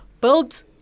build